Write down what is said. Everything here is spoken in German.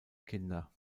kinder